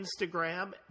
instagram